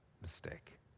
mistake